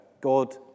God